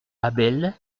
abel